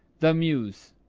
the mews